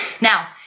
Now